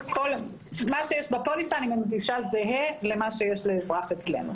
שיש בפוליסה, זהה למה שיש לאזרח אצלנו.